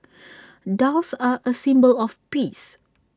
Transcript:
doves are A symbol of peace